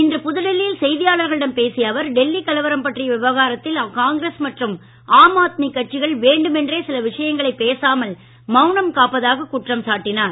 இன்று புதுடெல்லியில் செய்தியாளர்களிடம் பேசிய அவர் டெல்லி கலவரம் பற்றிய விவகாரத்தில் காங்கிரஸ் மற்றும் ஆம் ஆத்மி கட்சிகள் வேண்டுமென்றே சில விஷயங்களை பேசாமல் மவுனம் காப்பதாக குற்றம் சாட்டினார்